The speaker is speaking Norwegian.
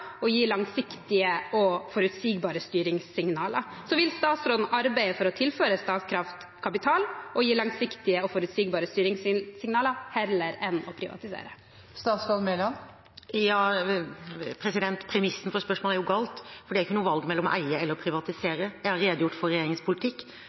og gi langsiktige og forutsigbare styringssignaler. Vil statsråden arbeide for å tilføre Statkraft kapital og gi langsiktige og forutsigbare styringssignaler heller enn å privatisere? Premisset for spørsmålet er jo galt, for det er ikke noe valg mellom å eie